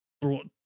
brought